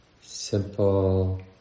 simple